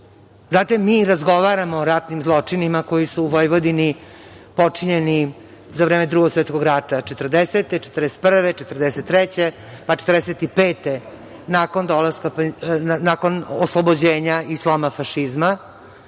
mi razgovaramo o ratnim zločinima koji su u Vojvodini počinjeni za vreme Drugog svetskog rata 1940, 1941, 1943, pa 1945. godine, nakon oslobođenja i sloma fašizma.